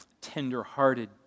tender-hearted